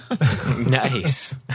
nice